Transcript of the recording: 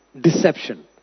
deception